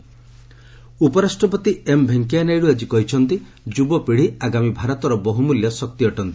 VP world youth ଉପରାଷ୍ଟ୍ରପତି M Venkaiah Naidu ଆଜି କହିଛନ୍ତି ଯୁବପିଢ଼ି ଆଗାମୀ ଭାରତର ବହୁମଲ୍ୟ ଶକ୍ତି ଅଟନ୍ତି